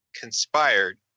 conspired